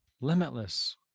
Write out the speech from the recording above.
limitless